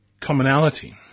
commonality